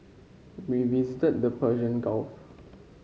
we visited the Persian Gulf